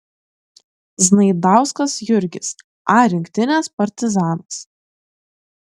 znaidauskas jurgis a rinktinės partizanas